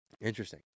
interesting